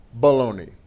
baloney